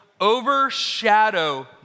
overshadow